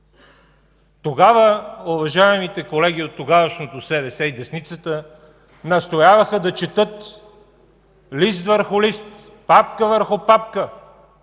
Тогава уважаемите колеги от тогавашното СДС и десницата настояваха да четат лист върху лист, папка върху папка,